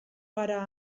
gara